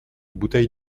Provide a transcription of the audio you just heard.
bouteille